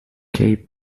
cape